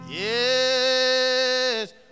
Yes